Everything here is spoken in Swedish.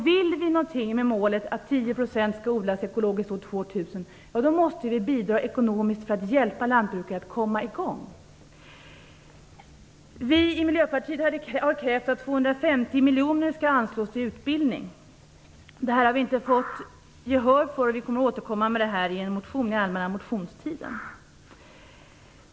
Vill vi någonting med målet att 10 % skall odlas ekologiskt år 2000 måste vi bidra ekonomiskt för att hjälpa lantbruket att komma i gång. Vi i Miljöpartiet har krävt att 250 miljoner skall anslås till utbildning. Det kravet har vi inte fått gehör för, men vi kommer att återkomma med detta krav i en motion under allmänna motionstiden.